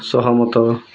ସହମତ